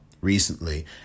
recently